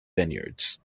vineyards